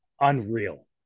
unreal